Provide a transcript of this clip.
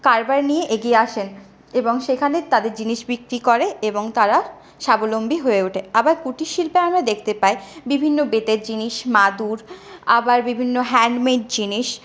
কারবার নিয়ে এগিয়ে আসেন এবং সেখানে তাদের জিনিস বিক্রি করে এবং সেখানে তারা স্বাবলম্বী হয়ে ওঠে আবার কুটির শিল্পে আমরা দেখতে পাই বিভিন্ন বেতের জিনিস মাদুর আবার বিভিন্ন হ্যান্ডমেড জিনিস